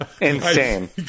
Insane